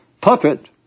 puppet